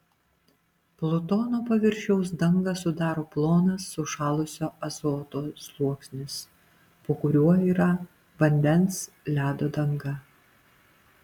plutono paviršiaus dangą sudaro plonas sušalusio azoto sluoksnis po kuriuo yra vandens ledo danga